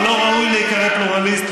אתה לא ראוי להיקרא פלורליסט,